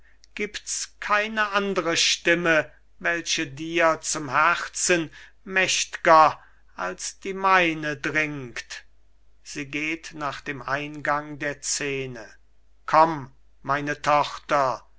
gibt's keine andre stimme welche dir zum herzen mächt'ger als die meine dringt sie sieht nach dem eingang der scene komm meine tochter